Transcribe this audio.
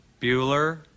Bueller